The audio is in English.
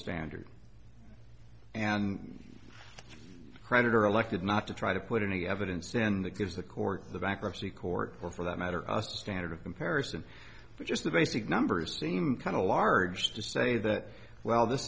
standard and creditor elected not to try to put in any evidence and that gives the court the bankruptcy court or for that matter us a standard of comparison for just the basic numbers seem kind of large to say that well this